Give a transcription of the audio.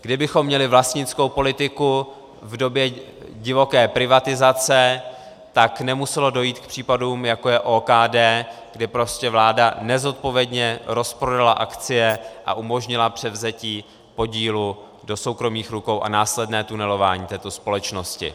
Kdybychom měli vlastnickou politiku v době divoké privatizace, tak nemuselo dojít k případům, jako je OKD, kdy prostě vláda nezodpovědně rozprodala akcie a umožnila převzetí podílů do soukromých rukou a následné tunelování této společnosti.